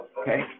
okay